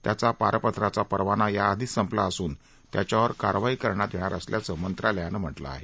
त्याचा पारपत्राचा परवाना याआधीच संपला असून त्याच्यावर कारवाई करण्यात येणार असल्याचं मंत्रालयानं म्हटलं आहे